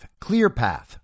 ClearPath